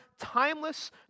timeless